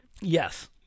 Yes